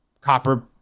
copper